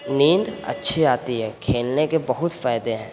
نیند اچھی آتی ہے کھیلنے کے بہت فائدے ہیں